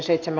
asia